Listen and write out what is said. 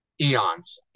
eons